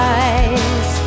eyes